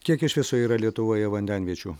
kiek iš viso yra lietuvoje vandenviečių